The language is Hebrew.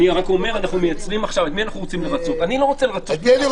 את מי אנחנו רוצים לרצות?